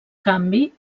canvi